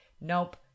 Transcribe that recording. nope